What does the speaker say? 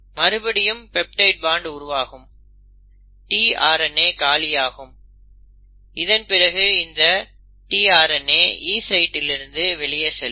மறுபடியும் peptide bond உருவாகும் tRNA காலியாகும் பிறகு இந்த tRNA E சைட்டில் இருந்து வெளியே செல்லும்